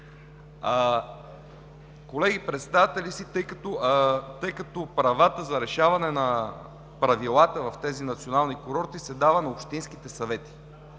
Колеги, представяте ли си, правата за решаване на правилата в тези национални курорти се дават на общинските съвети?